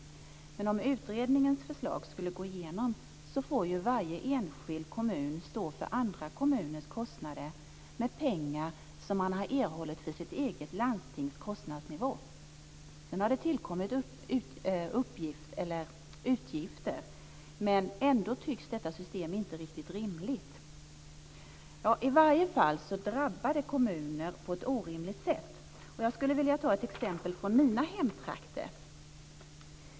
Men om utredningens förslag skulle gå igenom får varje enskild kommun stå för andra kommuners kostnader med pengar som man har erhållit för sitt eget landstings kostnadsnivå. Sedan har det tillkommit utgifter, ändå tycks detta system inte riktigt rimligt. I varje fall drabbar det kommuner på ett orimligt sätt. Jag skulle vilja ta ett exempel från mina hemtrakter.